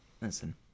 listen